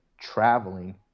Traveling